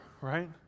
right